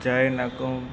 Jay Nakum